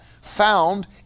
found